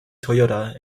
toyota